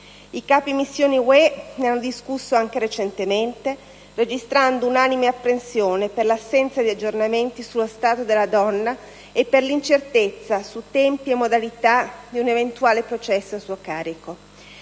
I capi missione UE ne hanno discusso anche recentemente registrando unanime apprensione per l'assenza di aggiornamenti sullo stato della donna e per l'incertezza su tempi e modalità di un eventuale processo a suo carico.